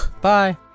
Bye